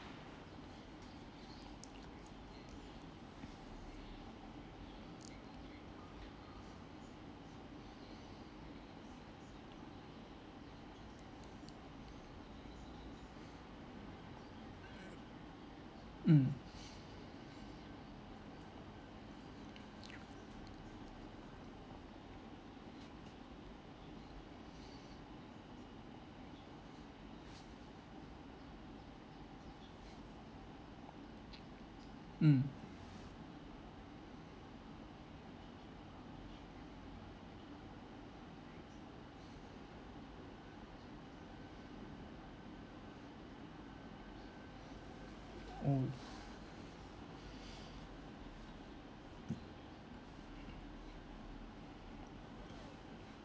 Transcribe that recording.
mm mm mm